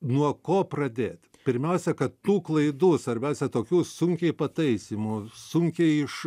nuo ko pradėti pirmiausia kad tų klaidų svarbiausia tokių sunkiai pataisymų sunkiai iš